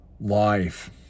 life